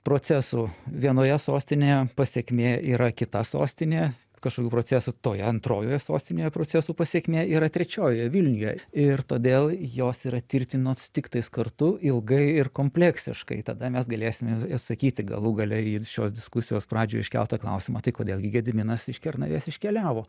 procesų vienoje sostinėje pasekmė yra kita sostinė kažkokių procesų toje antrojoje sostinėje procesų pasekmė yra trečiojoje vilniuje ir todėl jos yra tirtinos tiktais kartu ilgai ir kompleksiškai tada mes galėsim atsakyti galų gale į šios diskusijos pradžioj iškeltą klausimą tai kodėl gi gediminas iš kernavės iškeliavo